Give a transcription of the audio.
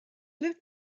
lived